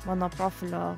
mano profilio